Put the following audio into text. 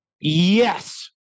Yes